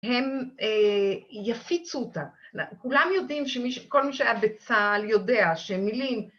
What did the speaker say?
הם יפיצו אותה, כולם יודעים שכל מי שהיה בצה״ל יודע שמילים